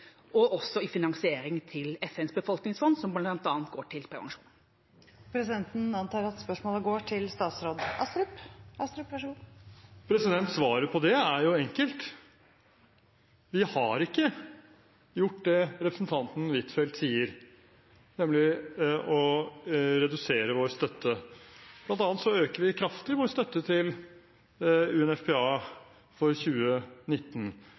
og også i finansiering av FNs befolkningsfond, som bl.a. går til prevensjon? Presidenten antar at spørsmålet går til statsråd Astrup. Svaret på det er jo enkelt. Vi har ikke gjort det representanten Huitfeldt sier, nemlig å redusere vår støtte. Blant annet øker vi kraftig vår støtte til UNFPA for 2019.